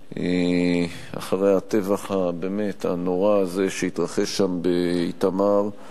אחרי הטבח הבאמת נורא הזה, שהתרחש שם באיתמר.